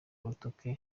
urutoke